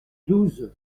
douze